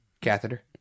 Catheter